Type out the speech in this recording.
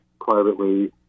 privately